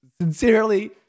sincerely